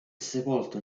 sepolto